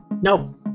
No